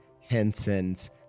Henson's